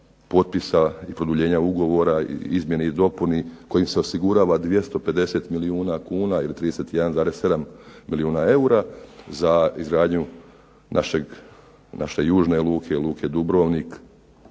i produljenja ugovora i izmjeni i dopuni kojim se osigurava 250 milijuna kuna ili 31,7 milijuna eura za izgradnju naše južne Luke Dubrovnik.